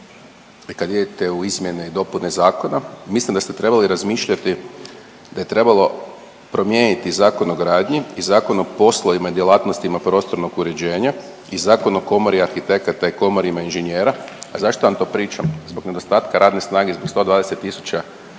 kad idete u izmjene i dopune zakona mislim da ste trebali razmišljati, da je trebalo promijeniti Zakon o gradnji i Zakon o poslovima i djelatnostima prostornog uređenja i Zakon o komori arhitekata i komorama inženjera. A zašto vam to pričam? Zbog nedostatka radne snage, zbog 120 tisuća